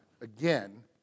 again